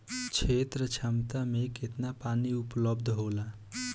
क्षेत्र क्षमता में केतना पानी उपलब्ध होला?